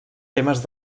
temes